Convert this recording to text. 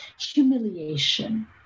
humiliation